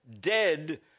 dead